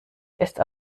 ist